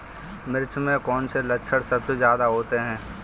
मिर्च में कौन से लक्षण सबसे ज्यादा होते हैं?